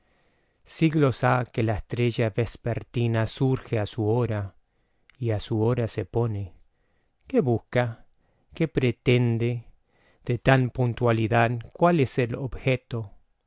siglos ha que la estrella vespertina surge á su hora y á su hora se pone qué busca que pretende de tal puntualidad cual el objeto